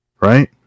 right